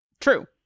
True